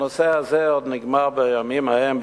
הנושא הזה עוד נגמר בימים ההם,